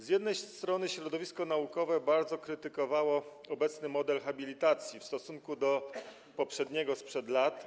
Z jednej strony środowisko naukowe bardzo krytykowało obecny model habilitacji w odniesieniu do poprzedniego modelu, sprzed lat.